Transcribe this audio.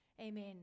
Amen